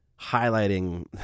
highlighting